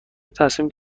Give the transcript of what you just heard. تصمیم